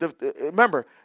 remember